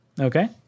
Okay